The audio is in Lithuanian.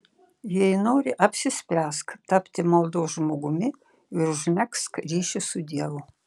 jei nori apsispręsk tapti maldos žmogumi ir užmegzk ryšį su dievu